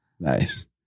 Nice